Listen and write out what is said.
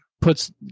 puts